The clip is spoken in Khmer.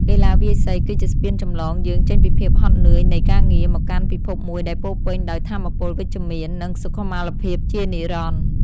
កីឡាវាយសី គឺជាស្ពានចម្លងយើងចេញពីភាពហត់នឿយនៃការងារ មកកាន់ពិភពមួយដែលពោរពេញដោយថាមពលវិជ្ជមាន និងសុខុមាលភាពជានិរន្តរ៍។